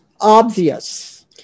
obvious